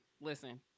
listen